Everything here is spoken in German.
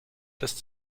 lässt